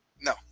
No